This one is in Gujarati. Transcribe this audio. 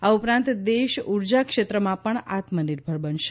આ ઉપરાંત દેશ ઉર્જા ક્ષેત્રમાં પણ આત્મનિર્ભર બનશે